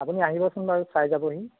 আপুনি আহিবচোন বাৰু চাই যাবহি